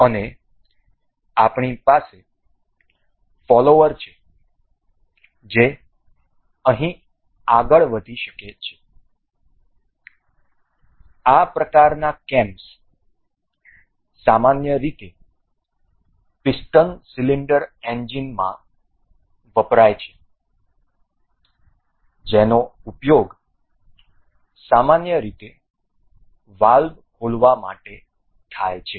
અને આપણી પાસે ફોલોવર છે જે અહીં આગળ વધી શકે છે આ પ્રકારના કેમ્સ સામાન્ય રીતે પિસ્ટન સિલિન્ડર એન્જિનોમાં વપરાય છે જેનો ઉપયોગ સામાન્ય રીતે વાલ્વ ખોલવા માટે થાય છે